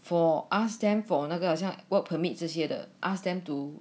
for ask them for 那个像 work permit 这些的 ask them to